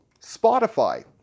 Spotify